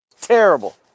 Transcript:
Terrible